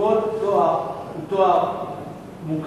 כל תואר הוא תואר מוכר,